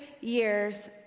years